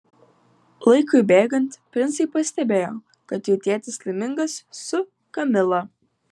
laikui bėgant princai pastebėjo kad jų tėtis laimingas su kamila